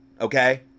okay